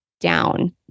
down